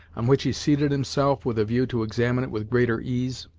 on which he seated himself, with a view to examine it with greater ease.